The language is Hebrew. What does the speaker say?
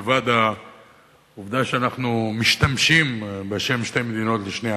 מלבד העובדה שאנחנו משתמשים בשם שתי מדינות לשני עמים,